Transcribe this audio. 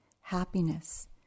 happiness